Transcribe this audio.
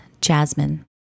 Jasmine